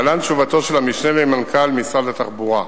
להלן תשובתו של המשנה למנכ"ל משרד התחבורה: